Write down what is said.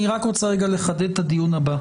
אני רק רוצה לחדד את הדיון הבא,